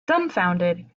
dumbfounded